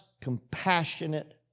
compassionate